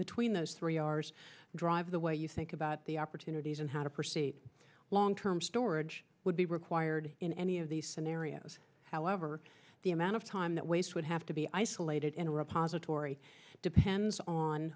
between those three r s drive the way you think about the opportunities and how to proceed long term storage would be required in any of these scenarios however the amount of time that waste would have to be isolated in a repository depends on